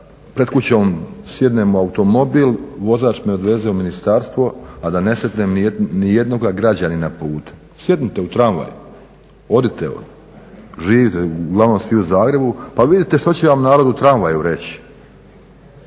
pred kućom sjednemo u automobil, vozač me odveze u ministarstvo, a da ne sretnem nijednog građanina putem. Sjednite u tramvaj, odite, živite svi uglavnom u Zagrebu, pa vidite što će vam narod u tramvaju reći.